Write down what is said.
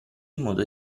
modo